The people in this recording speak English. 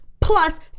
plus